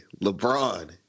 LeBron